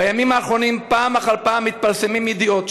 בימים האחרונים פעם אחר פעם מתפרסמות ידיעות,